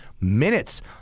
minutes